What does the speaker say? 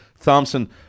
thompson